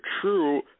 true